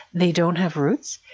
they don't have roots.